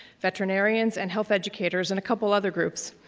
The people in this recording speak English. veterinarians, and health educators, and a couple other groups.